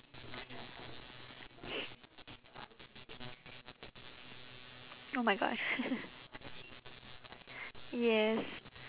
oh my gosh yes